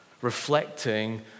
reflecting